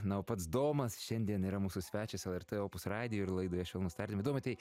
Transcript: na o pats domas šiandien yra mūsų svečias lrt opus radijuj ir laidoje švelnūs tardymai domai tai